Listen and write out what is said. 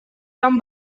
там